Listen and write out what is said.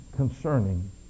concerning